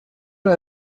una